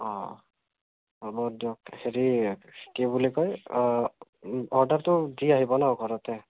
অ' হ'ব দিয়ক হেৰি কি বুলি কয় অৰ্ডাৰটো দি আহিব ন ঘৰতে